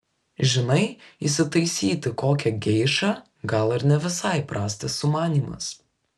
žinai įsitaisyti kokią geišą gal ir ne visai prastas sumanymas